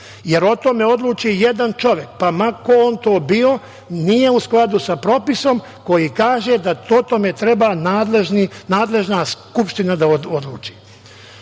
jer o tome odlučuje jedan čovek, pa ma ko to on bio nije u skladu sa propisom koji kaže da o tome treba nadležna skupština da odluči. Video